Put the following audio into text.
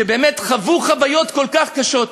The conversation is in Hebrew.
שבאמת חוו חוויות כל כך קשות,